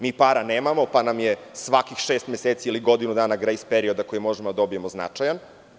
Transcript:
Mi para nemamo pa nam je svakih šest meseci ili godinu dana grejs perioda koji možemo da dobijemo značajan.